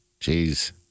Jeez